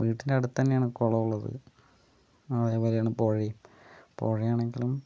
വീടിന്റടുത്ത് തന്നെയാണ് കുളമുള്ളത് അതേപോലെയാണ് പുഴയും പുഴയാണെങ്കിലും